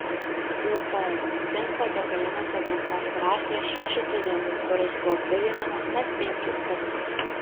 lukoil tinklo degalinėse per pastarąsias šešetą dienų kuras buvo piginamas net penkis kartus